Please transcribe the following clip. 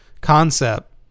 concept